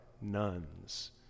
nuns